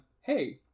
hey